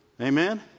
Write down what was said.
Amen